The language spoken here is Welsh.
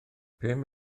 pum